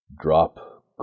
drop